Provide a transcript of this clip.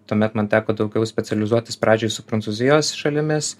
tuomet man teko daugiau specializuotis pradžioj su prancūzijos šalimis